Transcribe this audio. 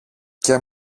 και